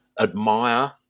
admire